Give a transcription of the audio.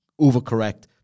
overcorrect